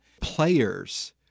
Players